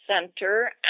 center